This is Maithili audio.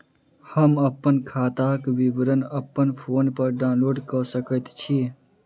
हम अप्पन खाताक विवरण अप्पन फोन पर डाउनलोड कऽ सकैत छी?